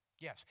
Yes